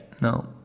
no